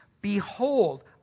Behold